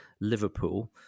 Liverpool